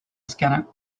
scanner